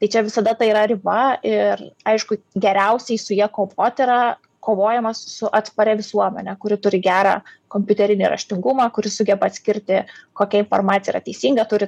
tai čia visada ta yra riba ir aišku geriausiai su ja kovot yra kovojama su atsparia visuomene kuri turi gerą kompiuterinį raštingumą kuris sugeba atskirti kokia informacija yra teisinga turi